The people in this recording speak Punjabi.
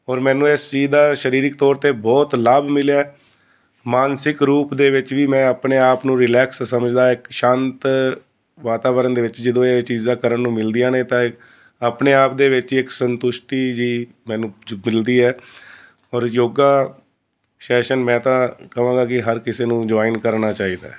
ਔਰ ਮੈਨੂੰ ਇਸ ਚੀਜ਼ ਦਾ ਸ਼ਰੀਰਿਕ ਤੌਰ 'ਤੇ ਬਹੁਤ ਲਾਭ ਮਿਲਿਆ ਮਾਨਸਿਕ ਰੂਪ ਦੇ ਵਿੱਚ ਵੀ ਮੈਂ ਆਪਣੇ ਆਪ ਨੂੰ ਰਿਲੈਕਸ ਸਮਝਦਾ ਇੱਕ ਸ਼ਾਂਤ ਵਾਤਾਵਰਣ ਦੇ ਵਿੱਚ ਜਦੋਂ ਇਹ ਚੀਜ਼ਾਂ ਕਰਨ ਨੂੰ ਮਿਲਦੀਆਂ ਨੇ ਤਾਂ ਆਪਣੇ ਆਪ ਦੇ ਵਿੱਚ ਇੱਕ ਸੰਤੁਸ਼ਟੀ ਜਿਹੀ ਮੈਨੂੰ ਜ ਮਿਲਦੀ ਹੈ ਔਰ ਯੋਗਾ ਸੈਸ਼ਨ ਮੈਂ ਤਾਂ ਕਹਾਂਗਾ ਕਿ ਹਰ ਕਿਸੇ ਨੂੰ ਜੁਆਇਨ ਕਰਨਾ ਚਾਹੀਦਾ ਹੈ